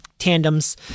tandems